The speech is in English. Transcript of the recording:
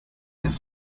them